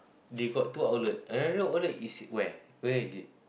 they got two outlet i don't know outlet is it where where is it